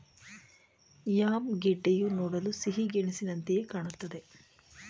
yam ಗೆಡ್ಡೆಯು ನೋಡಲು ಸಿಹಿಗೆಣಸಿನಂತೆಯೆ ಕಾಣುತ್ತದೆ